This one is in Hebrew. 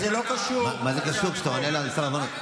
זה לא קשור להצעת חוק.